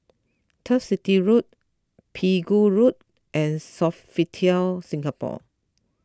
Turf City Road Pegu Road and Sofitel Singapore